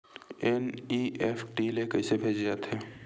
NEFT ले कइसे भेजे जाथे?